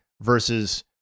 versus